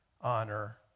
honor